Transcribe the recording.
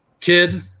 kid